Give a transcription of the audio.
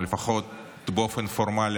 לפחות באופן פורמלי,